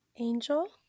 Angel